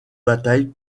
bataille